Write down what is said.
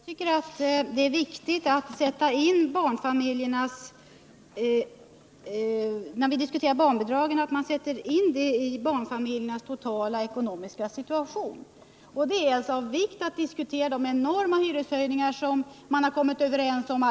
Fru talman! Jag tycker att det är viktigt att sätta in barnbidragen i barnfamiljernas totala ekonomiska situation. Det är då av vikt att diskutera de enorma hyreshöjningar som man just i dagarna har kommit överens om.